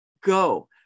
Go